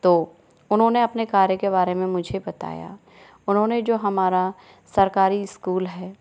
तो उन्होंने अपने कार्य के बारे में मुझे बताया उन्होंने जो हमारा सरकारी स्कूल है